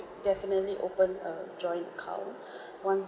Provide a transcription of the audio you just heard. definitely open a joint account once